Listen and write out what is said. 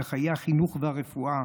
בחיי החינוך והרפואה.